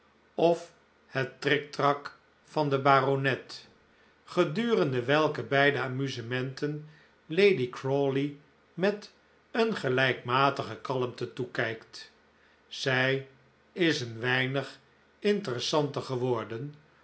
of het triktrak van den baronet gedurende welke beide amusementen lady crawley met een gelijkmatige kalmte toekijkt zij is een weinig interessanter geworden